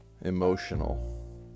emotional